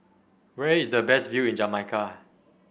where is the best view in Jamaica